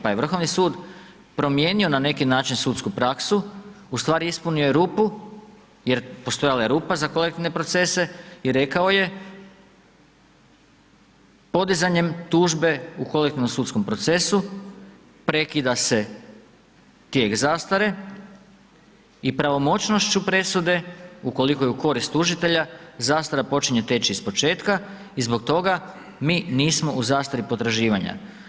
Pa je Vrhovni sud, promijenio na neki način sudsku praksu, ustvari ispunio je rupu, jer postojala je rupa za kolektivne procese i rekao je, podizanjem tužbe u kolektivnom sudskom procesu, prekida se tijek zastare i pravomoćnošću presude, ukoliko je u korist tužitelja, zastara počinje teći iz početka i zbog toga mi nismo u zastari potraživanja.